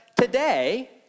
today